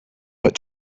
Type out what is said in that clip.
but